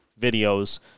videos